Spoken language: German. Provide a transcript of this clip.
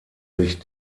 sich